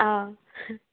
ꯑꯧ